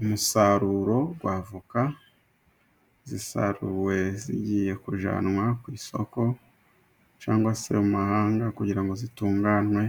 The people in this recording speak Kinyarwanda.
Umusaruro w'avoka zisaruwe, zigiye kujyanwa ku isoko cyangwa se mu mahanga kugira ngo zitunganywe